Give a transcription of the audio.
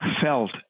felt